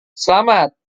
selamat